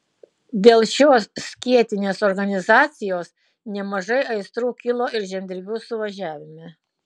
dėl šios skėtinės organizacijos nemažai aistrų kilo ir žemdirbių suvažiavime